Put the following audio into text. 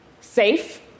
safe